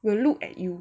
will look at you